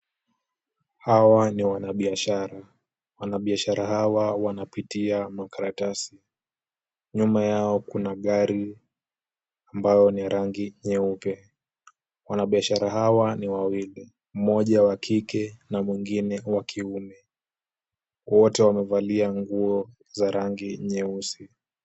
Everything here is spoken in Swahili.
Hawa ni wanabiashara. Wanabiashara hawa wanapitia makaratasi. Nyuma yao kuna gari ambao ni rangi nyeupe. Wanabiashara hawa ni wawili, mmoja wa kike na mwingine wa kiume. Wote wamevalia nguo za rangi nyeusi.